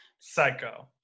Psycho